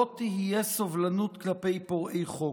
לא תהיה סובלנות כלפי פורעי חוק.